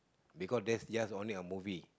because that just only a movie